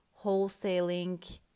wholesaling